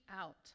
out